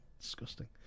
Disgusting